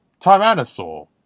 Tyrannosaur